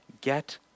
get